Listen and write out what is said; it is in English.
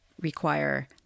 require